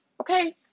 Okay